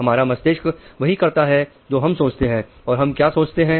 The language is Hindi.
हमारा मस्तिष्क वही करता है जो हम सोचते हैं और हम क्या सोचते हैं